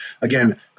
Again